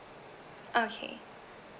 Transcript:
okay